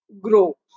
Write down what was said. grow